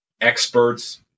experts